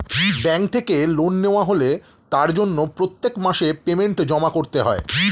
bank থেকে loan নেওয়া হলে তার জন্য প্রত্যেক মাসে পেমেন্ট জমা করতে হয়